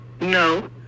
no